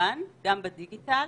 נסתפק בדיגיטל